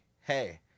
Hey